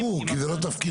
ברור, כי זה לא תפקידה.